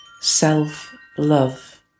Self-love